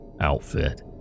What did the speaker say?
outfit